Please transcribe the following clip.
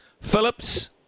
Phillips